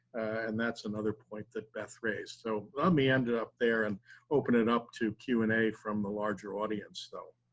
and that's another point that beth raised. so, let me end up there, and open it up to q and a from the larger audience. so